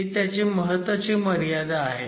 ही त्याची महत्वाची मर्यादा आहे